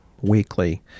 weekly